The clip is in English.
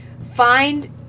find